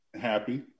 Happy